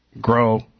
grow